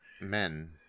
men